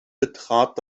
betrat